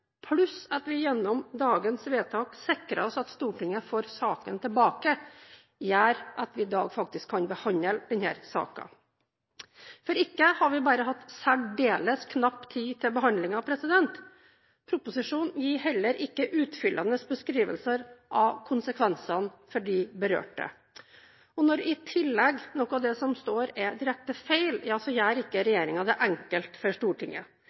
pluss at vi gjennom dagens vedtak sikrer oss at Stortinget får saken tilbake, gjør at vi i dag faktisk kan behandle denne saken – for ikke bare har vi hatt særdeles knapp tid til behandlingen, men proposisjonen gir heller ikke utfyllende beskrivelser av konsekvensene for de berørte. Når noe av det som står, i tillegg er direkte feil, gjør ikke regjeringen det enkelt for Stortinget.